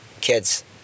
Kids